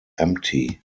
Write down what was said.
empty